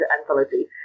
Anthology